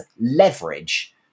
leverage